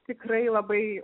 tikrai labai